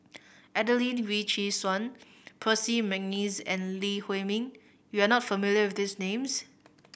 Adelene Wee Chin Suan Percy McNeice and Lee Huei Min you are not familiar with these names